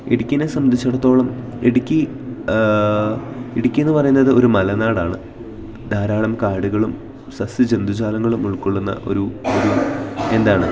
ഇടുക്കിയിനെ സംബന്ധിച്ചിടത്തോളം ഇടുക്കി ഇടുക്കി എന്നു പറയുന്നത് ഒരു മലനാടാണ് ധാരാളം കാടുകളും സസ്യ ജന്തുജാലങ്ങളും ഉൾക്കൊള്ളുന്ന ഒരു ഒരു എന്താണ്